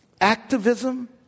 Activism